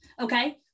Okay